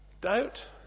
Doubt